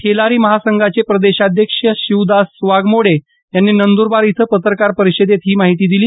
ठेलारी महासंघाचे प्रदेशाध्यक्ष शिवदास वाघमोडे यांनी नंद्रबार इथं पत्रकार परिषदेत ही माहिती दिली